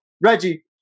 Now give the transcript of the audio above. Reggie